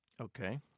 Okay